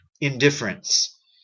indifference